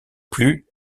plus